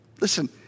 Listen